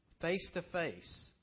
face-to-face